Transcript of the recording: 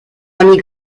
amy